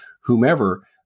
whomever